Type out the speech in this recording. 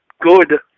good